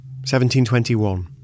1721